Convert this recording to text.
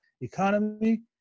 economy